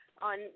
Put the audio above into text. on